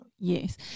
Yes